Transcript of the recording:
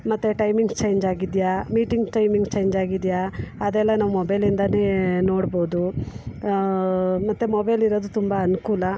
ಮತ್ತು ಟೈಮಿಂಗ್ಸ್ ಚೇಂಜಾಗಿದೆಯಾ meeting timings ಚೇಂಜಾಗಿದೆಯಾ ಅದೆಲ್ಲ ನಾವು ಮೊಬೈಲಿಂದಲೇ ನೋಡ್ಬೋದು ಮತ್ತು ಮೊಬೈಲಿರೋದು ತುಂಬ ಅನುಕೂಲ